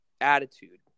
attitude